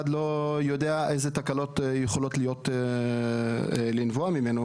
לא יודע אילו תקלות יכולות לנבוע מהמכשיר הזה,